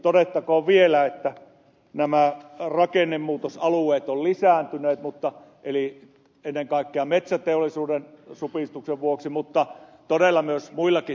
todettakoon vielä että nämä rakennemuutosalueet ovat lisääntyneet ennen kaikkea metsäteollisuuden supistuksen vuoksi mutta todella myös muillakin toimialoilla on vaikeuksia